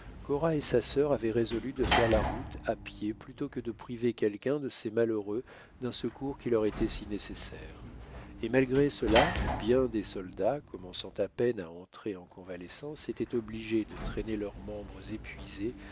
cora et sa sœur avaient résolu de faire la route à pied plutôt que de priver quelqu'un de ces malheureux d'un secours qui leur était si nécessaire et malgré cela bien des soldats commençant à peine à entrer en convalescence étaient obligés de traîner leurs membres épuisés